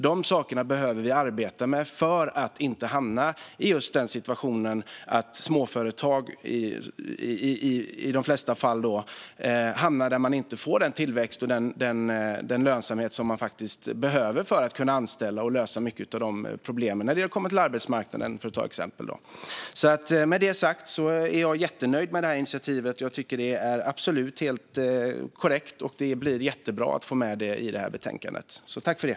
De sakerna behöver vi arbeta med för att inte hamna i situationen att småföretag - vilket det i de flesta fall är - inte får den tillväxt och lönsamhet som de behöver för att kunna anställa och lösa mycket av problemen, för att ta ett exempel från arbetsmarknaden. Med det sagt är jag jättenöjd med det här initiativet. Jag tycker absolut att det är helt korrekt. Det var jättebra att få med det i betänkandet.